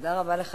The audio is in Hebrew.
תודה רבה לך,